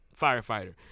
firefighter